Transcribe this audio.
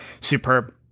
superb